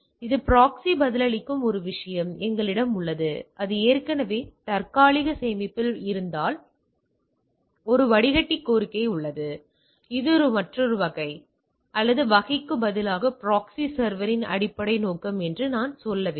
எனவே ப்ராக்ஸிக்கு பதிலளிக்கும் ஒரு விஷயம் எங்களிடம் உள்ளது அது ஏற்கனவே தற்காலிக சேமிப்பில் இருந்தால் ஒரு வடிகட்டி கோரிக்கை உள்ளது அது மற்றொரு வகை உள்ளது அல்லது வகைக்கு பதிலாக ப்ராக்ஸி சர்வர் இன் அடிப்படை நோக்கம் என்று நான் சொல்ல வேண்டும்